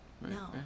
No